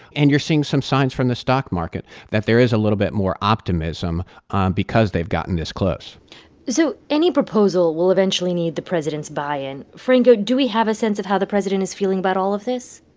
and you're seeing some signs from the stock market that there is a little bit more optimism because they've gotten this close so any proposal will eventually need the president's buy-in. franco, do we have a sense of how the president is feeling about all of this?